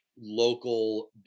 local